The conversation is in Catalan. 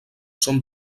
són